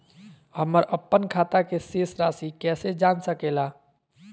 हमर अपन खाता के शेष रासि कैसे जान सके ला?